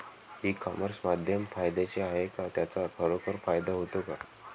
E commerce माध्यम फायद्याचे आहे का? त्याचा खरोखर फायदा होतो का?